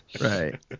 Right